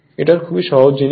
এটা খুবই সহজ জিনিস